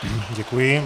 Děkuji.